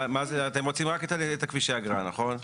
אתם רוצים רק את כבישי האגרה, נכון?